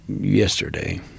yesterday